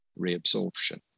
reabsorption